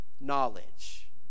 knowledge